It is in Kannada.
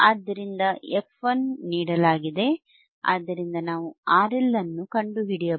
ಆದ್ದರಿಂದFl ನೀಡಲಾಗಿದೆ ಆದ್ದರಿಂದ ನಾವು RL ಅನ್ನು ಕಂಡುಹಿಡಿಯಬಹುದು